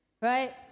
Right